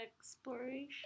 exploration